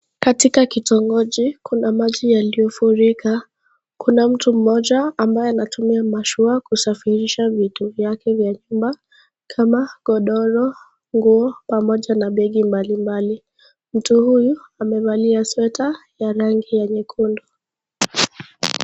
Katika kitongoji kuna maji yaliyo furika, kuna mtu mmoja ambaye anatumia mashua kusafirisha vitu vyake vya nyumba kama, godoro, nguo, pamoja na begi mbali mbali, mtu huyu, amevalia (cs)sweater(cs), ya rangi ya nyekundu.